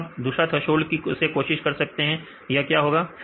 अब हम दूसरा थ्रेसोल्ड से कोशिश करते हैं अब क्या होगा